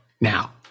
now